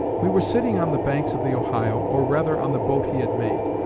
we were sitting on the banks of the ohio, or rather on the boat he had made.